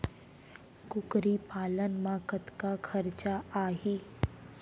कुकरी पालन म कतका खरचा आही?